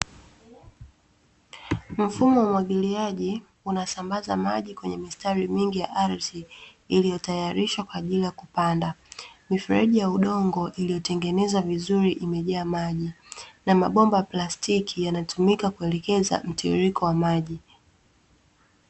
Mfumo wa umwagiliaji unasambaza maji kwenye mistari mingi ya ardhi iliyotayarishwa kwa ajili ya kupanda. Mifereji ya udongo iliyotengenezwa vizuri imejaa maji, na mabomba ya plastiki yanatumika kuelekeza mtiririko wa maji.